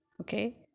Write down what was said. okay